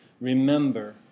remember